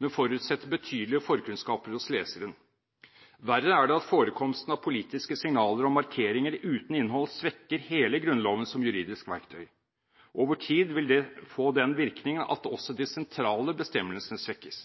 men forutsetter betydelige forkunnskaper hos leseren. Verre er det at forekomsten av politiske signaler og markeringer uten innhold svekker hele Grunnloven som juridisk verktøy. Over tid vil det få den virkning at også de sentrale bestemmelsene svekkes.